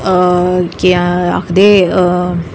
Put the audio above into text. केह् आखदे